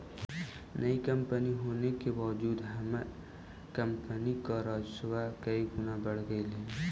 नई कंपनी होने के बावजूद हमार कंपनी का राजस्व कई गुना बढ़ गेलई हे